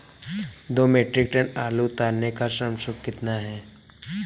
दो metric ton आलू उतारने का श्रम शुल्क कितना होगा?